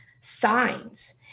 signs